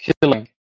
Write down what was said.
killing